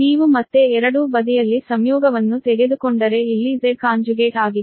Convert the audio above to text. ನೀವು ಮತ್ತೆ ಎರಡೂ ಬದಿಯಲ್ಲಿ ಸಂಯೋಗವನ್ನು ತೆಗೆದುಕೊಂಡರೆ ಇಲ್ಲಿ Z ಸಂಯೋಜಕ ಆಗಿತ್ತು